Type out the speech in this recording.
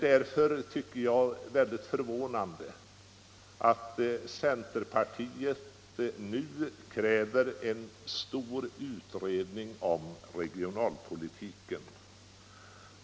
Därför är det mycket förvånande att centerpartiet nu kräver en stor utredning om regionalpolitiken.